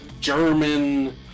German